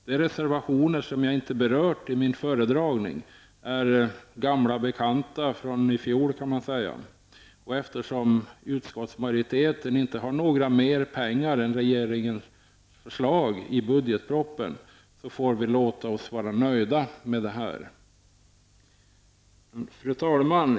De reservationer som jag inte har berört i min föredragning kan man säga är gamla bekanta från i fjol, och eftersom utskottsmajoriteten inte förordar mer pengar än regeringens förslag i budgetpropositionen får vi låta oss nöja med detta. Fru talman!